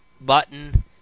button